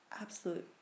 Absolute